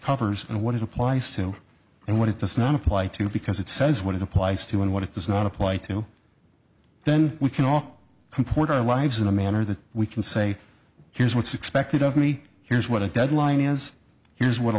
covers and what it applies to and what it does not apply to because it says what it applies to and what it does not apply to then we can all comport our lives in a manner that we can say here's what's expected of me here's what a deadline is here's what